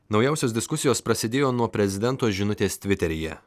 naujausios diskusijos prasidėjo nuo prezidento žinutės tviteryje